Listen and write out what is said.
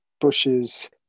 bushes